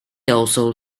also